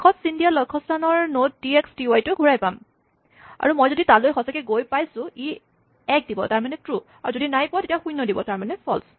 শেষত চিন দিয়া লক্ষস্হানৰ node T X T Y ঘুৰাই পাম যদি মই তালৈ গৈ পাওঁ ই এক দিব তাৰমানে ট্ৰো যদি নাপাওঁ তেতিয়া শূণ্য দিব তাৰমানে ফল্চ